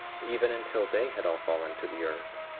even until they had all fallen to the earth,